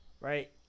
right